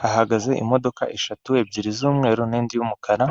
Hahagaze imodoka eshatu z'umweru n'indi y'umukara,